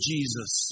Jesus